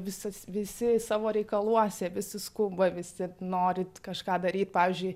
visas visi savo reikaluose visi skuba visi nori kažką daryt pavyzdžiui